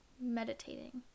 meditating